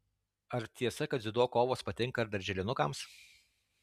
ar tiesa kad dziudo kovos patinka ir darželinukams